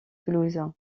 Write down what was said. toulouse